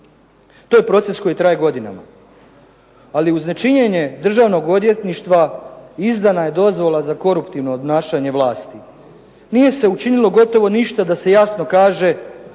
To je proces koji traje godinama, ali uz nečinjenje državnog odvjetništva izdana je dozvola za koruptivno obnašanje vlasti. Nije se učinilo gotovo ništa da se jasno kaže